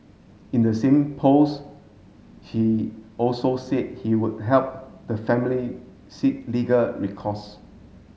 in the same post he also said he would help the family seek legal recourse